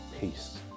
peace